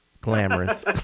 Glamorous